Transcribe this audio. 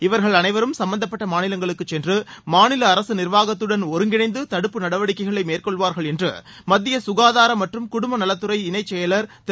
இவர்கள் அனைவரும் சும்பந்தப்பட்ட மாநிலங்களுக்குச் சென்று மாநில அரசு நிர்வாகத்துடன் ஒருங்கிணைந்து தடுப்பு நடவடிக்கைகளை மேற்கொள்வார்கள் என்று மத்திய சுகாதாரம் மற்றும் குடும்பநலத்துறை இணைச் செயலர் திரு